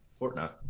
Fortnite